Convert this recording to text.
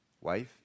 wife